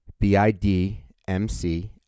BIDMC